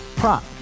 prop